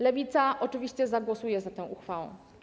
Lewica oczywiście zagłosuje za tą uchwałą.